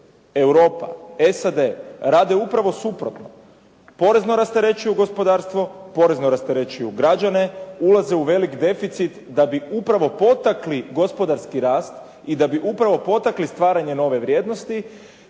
Europa, SAD rade upravo suprotno, porezno rasterećuju gospodarstvo, porezno rasterećuju građane, ulaze u velik deficit da bi upravo potakli gospodarski rast i da bi upravo potakli stvaranje nove vrijednosti,